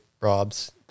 Rob's